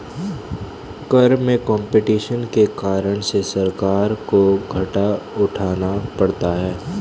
कर में कम्पटीशन के कारण से सरकार को घाटा उठाना पड़ता है